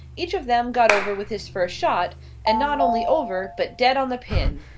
each of them got over with his first shot and not only over, but dead on the pin.